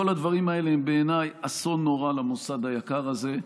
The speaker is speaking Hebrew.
כל הדברים האלה הם בעיניי אסון נורא למוסד היקר הזה,